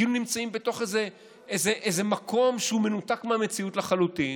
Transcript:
כאילו נמצאים בתוך איזה מקום שהוא מנותק מהמציאות לחלוטין.